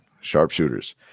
Sharpshooters